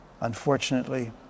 Unfortunately